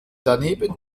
daneben